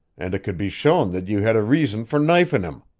and it could be shown that you had a reason for knifin' him,